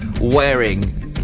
wearing